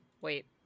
wait